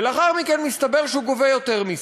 ולאחר מכן מסתבר שהוא גובה יותר מסים.